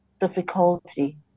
Difficulty